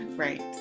Right